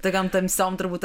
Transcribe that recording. tokiom tamsiom turbūt